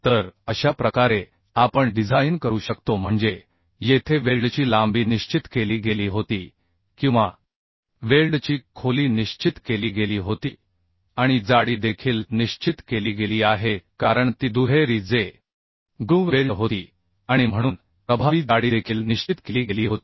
तर अशा प्रकारे आपण डिझाइन करू शकतो म्हणजे येथे वेल्डची लांबी निश्चित केली गेली होती किंवा वेल्डची खोली निश्चित केली गेली होती आणि जाडी देखील निश्चित केली गेली आहे कारण ती दुहेरी जेग्रूव्ह वेल्ड होती आणि म्हणून प्रभावी जाडी देखील निश्चित केली गेली होती